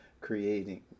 creating